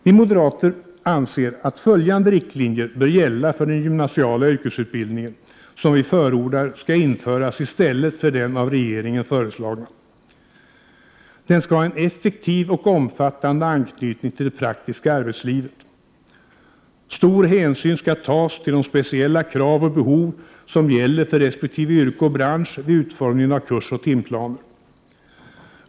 Vi moderater anser att följande riktlinjer bör gälla för den gymnasiala yrkesutbildning som vi förordar skall införas i stället för den av regeringen föreslagna utbildningen: Den skall ha en effektiv och omfattande anknytning till det praktiska arbetslivet. Stor hänsyn skall tas till de speciella krav och behov som gäller för resp. yrke och bransch vid utformningen av kursoch timplaner.